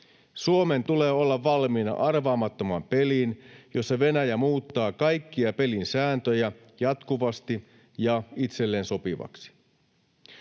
Suomen tulee olla valmiina arvaamattoman peliin, jossa Venäjä muuttaa kaikkia pelin sääntöjä jatkuvasti ja itselleen sopiviksi.